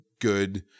good